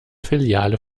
filiale